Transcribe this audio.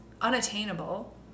unattainable